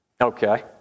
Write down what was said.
Okay